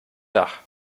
dach